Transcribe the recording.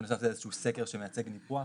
זה איזשהו סקר שמייצג מיקוח,